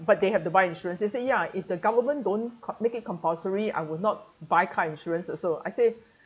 but they have to buy insurance they said ya if the government don't co~ make it compulsory I will not buy car insurance also I say